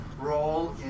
role